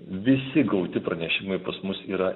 visi gauti pranešimai pas mus yra